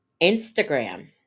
Instagram